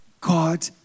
God